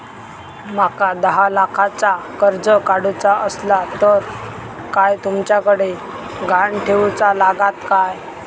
माका दहा लाखाचा कर्ज काढूचा असला तर काय तुमच्याकडे ग्हाण ठेवूचा लागात काय?